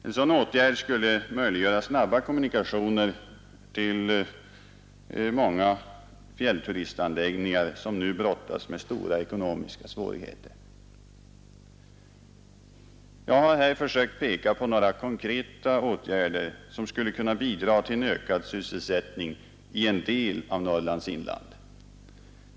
En sådan åtgärd skulle möjliggöra snabba kommunikationer till många fjällturistanläggningar som nu brottas med stora ekonomiska svårigheter. Jag har här försökt peka på några konkreta åtgärder som skulle kunna bidra till en ökad sysselsättning i en del av Norrlands inland.